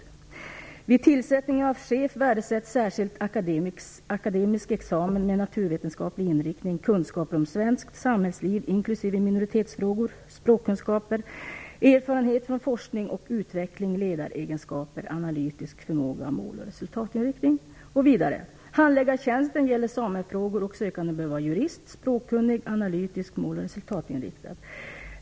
Vid tillsättningen av chef värdesätts särskilt akademisk examen med naturvetenskaplig inriktning, kunskaper om svenskt samhällsliv, inkl. minoritetsfrågor, språkkunskaper, erfarenhet från forskning och utveckling, ledaregenskaper, analytisk förmåga, mål och resultatinriktning." Det heter vidare: "Handläggartjänsten gäller samefrågor och sökanden bör vara jurist, språkkunnig, analytisk, måloch resultatinriktad."